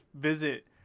visit